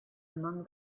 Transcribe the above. among